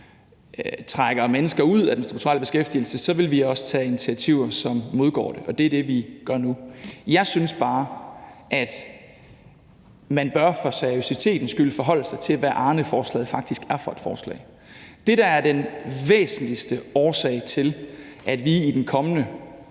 trækker mennesker ud af den strukturelle beskæftigelse, vil vi også tage initiativer, som modgår det, og det er det, vi gør nu. Jeg synes bare, at man for seriøsitetens skyld bør forholde sig til, hvad Arneforslaget faktisk er for et forslag. Det, der er den væsentligste årsag til, at vi i de kommende